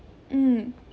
mm